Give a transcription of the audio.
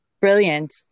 brilliant